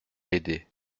l’aider